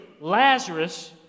Lazarus